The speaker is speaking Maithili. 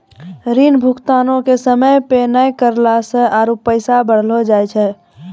ऋण भुगतानो के समय पे नै करला से आरु पैसा बढ़लो जाय छै